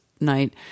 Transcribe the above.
night